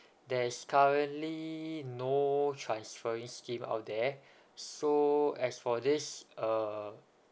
there's currently no transferring scheme out there so as for this uh